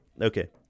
Okay